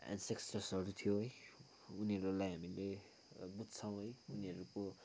थियो है उनीहरूलाई हामीले बुझ्छौँ है उनीहरूको